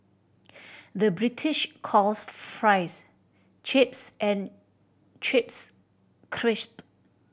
the British calls fries chips and chips crisp